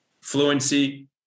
fluency